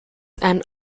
and